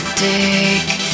take